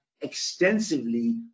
extensively